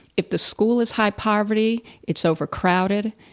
if the school is high poverty, it's overcrowded,